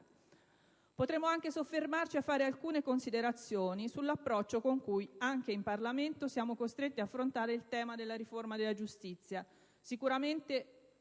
Potremmo anche soffermarci a fare alcune considerazioni sull'approccio con cui anche in Parlamento siamo costretti ad affrontare il tema della riforma della giustizia,